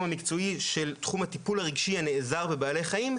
המקצועי של תחום הטיפול הרגשי הנעזר בבעלי חיים,